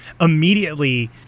immediately